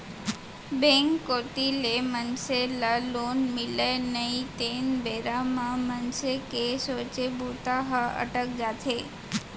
bank कोती ले मनसे ल लोन मिलय नई तेन बेरा म मनसे के सोचे बूता ह अटक जाथे